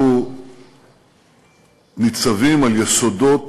אנחנו ניצבים על יסודות